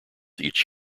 each